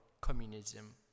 communism